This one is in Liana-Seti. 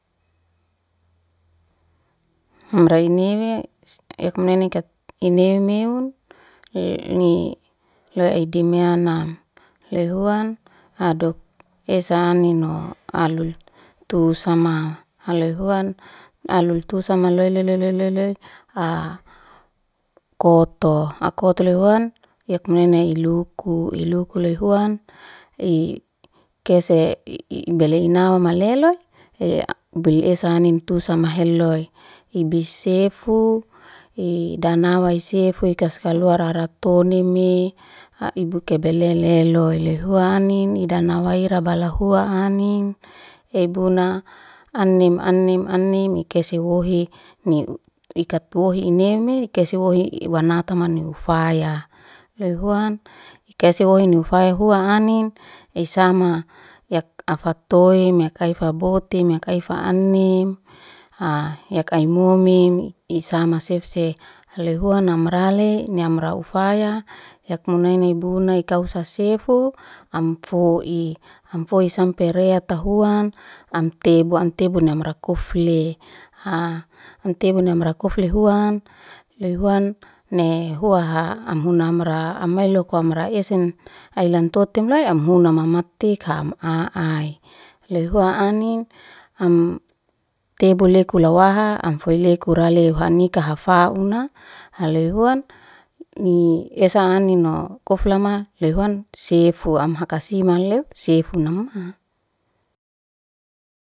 Hurai neme yak naikat inewe meun loy ni, loya aidi yanam loy huan adouk esa aninho alul tu sama aloy huan al loy tusama tu loy loy loy loy ha koto, ah koto le huan yak naini iluku, iluku loy huan ei kese i- ibele inawa malelo he bil esa anin tusama heloy, ibi sefu idanawai i feu, i kai kasluar ara tonanime ibu kebele loy huan idana waira bala hua anin, ebuna aninm anim anim ikese wohi ni ikat wohi ineme ikasa si wohi iwana tamani ufaya, loy huan ikai wohini ufaya hua anin esama yak afatoim yak kaifa botem yak kaifa anin yak ai momen isama sef- sef loy huan amrale ni amra ufaya yak munaini buna ikausa sefu am fo'i, am fo'i sampe re'ata huan am tebu, am tebu amra kufl um tebu amra kufle huan, loy huan loy huan nai huaha anhuna amra amai loko amra esen ai lan totem lai am huna mamaa tekam'a ai, loy hua anin am tebu leku lawaha am foil lekura leu hanaika hafa huna loy huan ni esa anino koflama loy huan sefu. Am hakama siman leu sefu namama